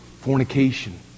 fornication